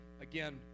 Again